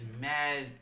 mad